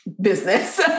business